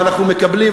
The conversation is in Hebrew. ואנחנו מקבלים,